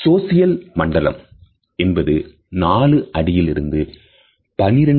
சோசியல்மண்டலம் என்பது 4 அடியிலிருந்து இருந்து 1